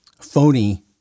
phony